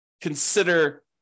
consider